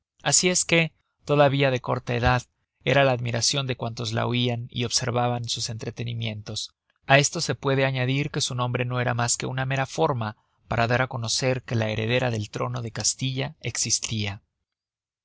asi es que todavia de corta edad era la admiracion de cuantos la oian y observaban sus entretenimientos a esto se puede añadir que su nombre no era mas que una mera forma para dar á conocer que la heredera del trono de castilla existia